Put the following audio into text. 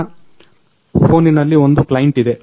ನನ್ನ ಫೋನಿನಲ್ಲಿ ಒಂದು ಕ್ಲೈಂಟ್ ಇದೆ